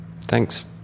thanks